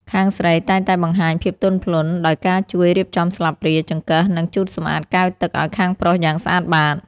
ខាងស្រីតែងតែបង្ហាញភាពទន់ភ្លន់ ដោយការជួយរៀបចំស្លាបព្រា ចង្កឹះ និងជូតសម្អាតកែវទឹកឱ្យខាងប្រុសយ៉ាងស្អាតបាត។